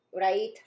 right